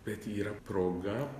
bet yra proga